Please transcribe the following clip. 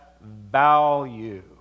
value